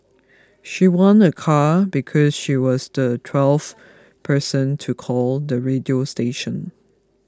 she won a car because she was the twelfth person to call the radio station